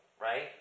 right